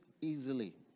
easily